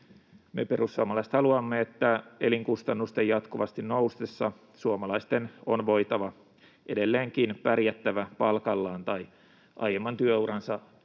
me perussuomalaiset haluamme, että elinkustannusten jatkuvasti noustessa suomalaisten on voitava edelleenkin pärjätä palkallaan tai aiemman työuransa